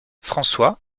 françois